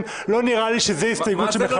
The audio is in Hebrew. לא נראה לי שזה הסתייגות שמכבדת -- מה זה לא